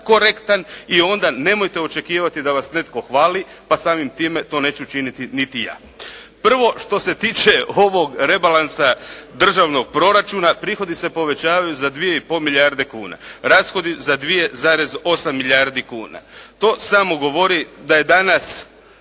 korektan i onda nemojte očekivati da vas netko hvali pa samim time to neću učiniti niti ja. Prvo, što se tiče ovog rebalansa državnog proračuna, prihodi se povećavaju za 2,5 milijarde kuna, rashodi za 2,8 milijardi kuna. To samo govori da je danas